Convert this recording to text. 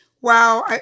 wow